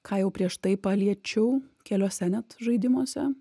ką jau prieš tai paliečiau keliuose net žaidimuose